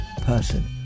person